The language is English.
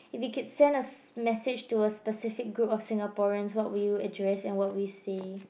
if it could send a s~ message to a specific group of Singaporeans what will you address and what will you say